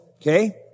okay